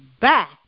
back